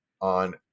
on